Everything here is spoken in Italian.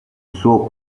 suo